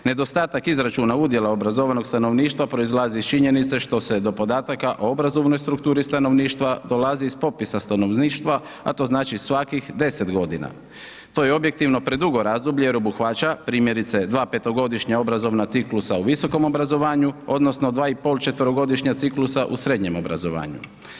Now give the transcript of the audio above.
Nedostatak izračuna udjela obrazovanog stanovništva proizlazi iz činjenice što se do podataka o obrazovnoj strukturi stanovništva dolazi iz popisa stanovništva a to znači svakih 10 g. To je objektivno predugo razdoblje jer obuhvaća primjerice, dva petogodišnja obrazovna ciklusa u visokom obrazovanju odnosno 2,5 četverogodišnja ciklusa u srednjem obrazovanju.